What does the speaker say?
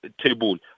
table